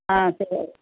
ஆ சரி